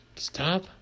Stop